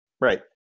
Right